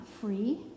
free